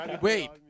Wait